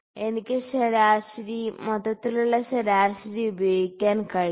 എനിക്ക് ശരാശരി മൊത്തത്തിലുള്ള ശരാശരി ഉപയോഗിക്കാൻ കഴിയും